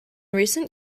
recent